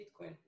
Bitcoin